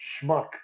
schmuck